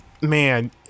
Man